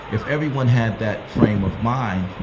if everyone had that frame of mind,